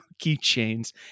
keychains